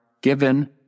given